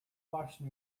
waśń